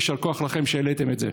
יישר כוח לכם שהעליתם את זה.